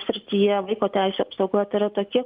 srityje vaiko teisių apsaugoje tai yra tokie